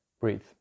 breathe